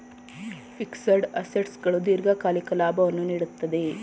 fixed assets ಗಳು ದೀರ್ಘಕಾಲಿಕ ಲಾಭವನ್ನು ನೀಡುತ್ತದೆ